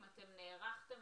האם נערכתם,